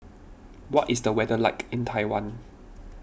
what is the weather like in Taiwan